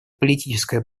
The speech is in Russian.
политическая